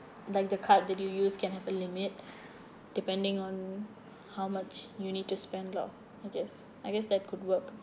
like the card that you use can have a limit depending on how much you need to spend lah I guess I guess that could work